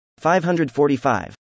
545